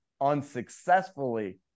unsuccessfully